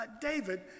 David